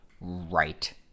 right